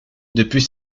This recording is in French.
depuis